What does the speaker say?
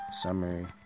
summary